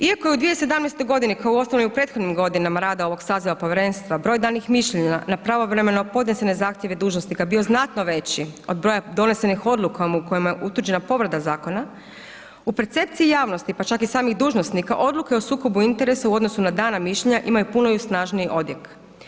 Iako je u 2017. godini kao i u ostalom i u prethodnim godinama rada ovog saziva povjerenstva broj danih mišljenja na pravovremeno podnesene zahtjeve dužnosnika bio znatno veći od broja donesenih odluka kojima je utvrđena povreda zakona u percepciji javnosti pa čak i samih dužnosnika odluke o sukobu interesa u odnosu na dana mišljenja imaju puno snažniji odjek.